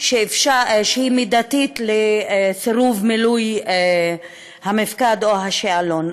שהיא מידתית לסירוב מילוי המפקד או השאלון.